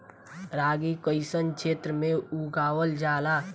रागी कइसन क्षेत्र में उगावल जला?